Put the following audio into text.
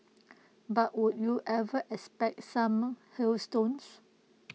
but would you ever expect some hailstones